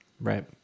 Right